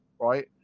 right